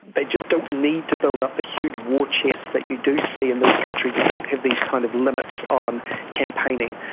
they just don't need to build up the huge war chests that you do see in those countries that don't have these kind of limits on campaigning.